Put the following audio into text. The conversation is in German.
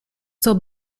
zur